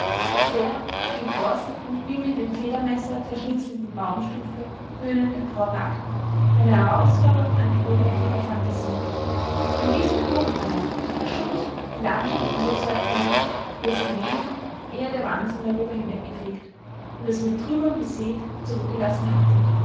aus der die geborstenen wie mit dem federmesser zerschnitzelten baumstümpfe höhnend emporragten eine herausforderung an die ohnmächtige phantasie in diesem totenfeld aus schutt die landschaft wiederzuerkennen die es gewesen ehe der wahnsinn darüber hinweggefegt und es mit trümmern besät zurückgelassen hatte